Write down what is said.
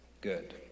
good